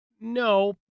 No